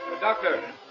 Doctor